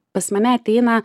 pas mane ateina